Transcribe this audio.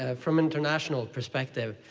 ah from international perspective,